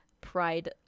pride